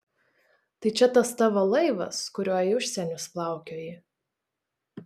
tai čia tas tavo laivas kuriuo į užsienius plaukioji